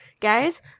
Guys